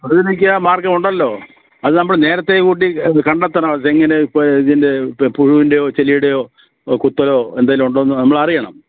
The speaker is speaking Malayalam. അതിനൊക്കെ മാർഗ്ഗം ഉണ്ടല്ലോ അത് നമ്മൾ നേരത്തെ കൂട്ടി കണ്ടെത്തണം അത് തെങ്ങിന് ഇപ്പം ഇതിൻ്റെ പുഴുവിൻ്റെയോ ചെല്ലിയുടെയോ കുത്തലോ എന്തെങ്കിലും ഉണ്ടോ എന്ന് നമ്മൾ അറിയണം